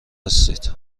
هستید